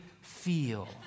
feel